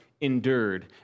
endured